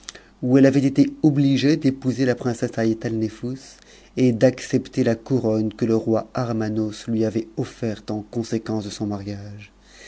où elle avait été obligée d'épouser la princesse haïatalnefous et d'accepter la couronne que le roi armanos lui avait offerte en conséquence de son mariage